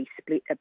split